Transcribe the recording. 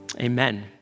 Amen